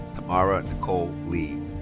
tamara nicole lee.